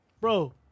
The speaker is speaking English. bro